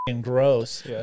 gross